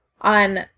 On